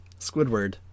Squidward